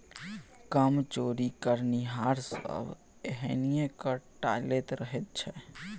कर चोरी करनिहार सभ एहिना कर टालैत रहैत छै